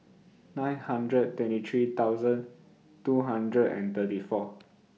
nine hundred twenty three thousand two hundred and thirty four